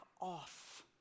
off